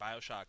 Bioshock